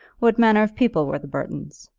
what manner of people were the burtons?